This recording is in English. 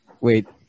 wait